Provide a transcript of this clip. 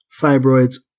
fibroids